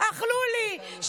אכלו לי,